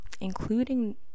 including